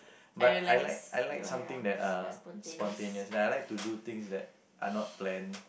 but I like I like something that uh spontaneous like I like to do things that are not planned